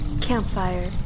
Campfire